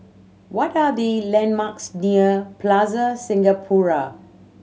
what are the landmarks near Plaza Singapura